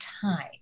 time